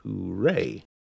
Hooray